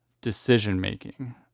decision-making